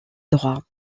droits